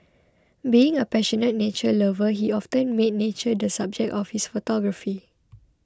being a passionate nature lover he often made nature the subject of his photography